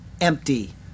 empty